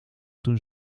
toen